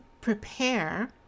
prepare